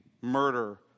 murder